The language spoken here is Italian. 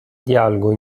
dialogo